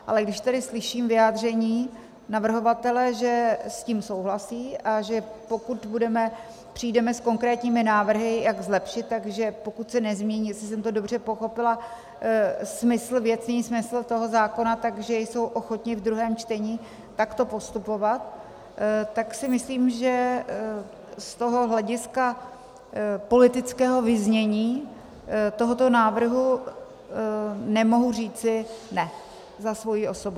Ale když tady slyším vyjádření navrhovatele, že s tím souhlasí, a že pokud přijdeme s konkrétními návrhy, jak zlepšit, tak že pokud se nezmění, jestli jsem to dobře pochopila, smysl, věcný smysl toho zákona, že jsou ochotni v druhém čtení takto postupovat, tak si myslím, že z hlediska politického vyznění tohoto návrhu nemohu říci ne za svoji osobu.